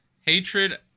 Hatred